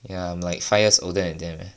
ya I'm like five years older than them eh